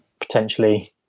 Potentially